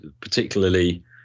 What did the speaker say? particularly